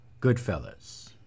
Goodfellas